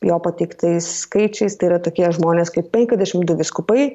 jo pateiktais skaičiais tai yra tokie žmonės kaip penkiasdešimt du vyskupai